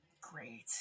Great